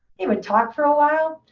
he would talk for a while.